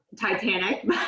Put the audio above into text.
Titanic